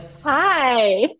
Hi